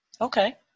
Okay